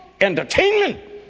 entertainment